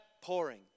pouring